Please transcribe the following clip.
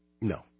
No